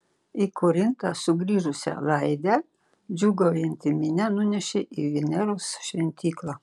į korintą sugrįžusią laidę džiūgaujanti minia nunešė į veneros šventyklą